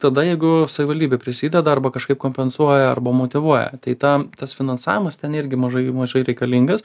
tada jeigu savivaldybė prisideda arba kažkaip kompensuoja arba motyvuoja tai tą tas finansavimas ten irgi mažai mažai reikalingas